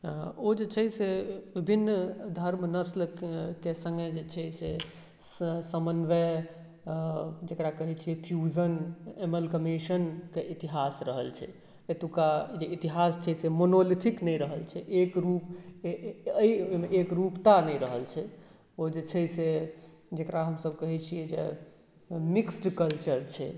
ओ जे छै से विभिन्न धर्म नस्लके सङ्गे जे छै से समन्वय जकरा कहै छिए फ्यूजन एमलकमीशनके इतिहास रहल छै एतौका जे इतिहास छै से मोनोलिथिक नहि रहल छै एकरूप अइ एकरूपता नहि रहल छै ओ जे छै से जकरा हमसब कहै छिए जे मिक्स्ड कल्चर छै